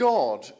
God